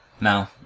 No